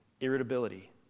Irritability